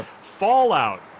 Fallout